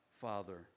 Father